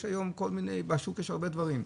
יש היום כל מיני, בשוק יש הרבה דברים.